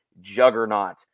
juggernaut